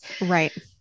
Right